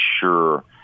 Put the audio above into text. sure